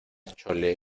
chole